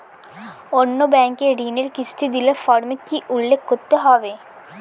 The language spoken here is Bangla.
অন্য ব্যাঙ্কে ঋণের কিস্তি দিলে ফর্মে কি কী উল্লেখ করতে হবে?